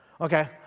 Okay